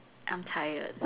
I'm tired